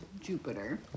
Jupiter